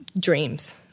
dreams